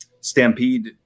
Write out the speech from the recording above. Stampede